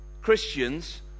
Christians